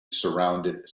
surrounded